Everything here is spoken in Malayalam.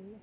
ഒരു